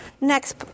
Next